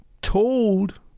Told